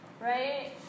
right